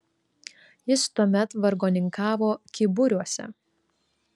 jis tuomet vargoninkavo kyburiuose